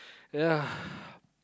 ya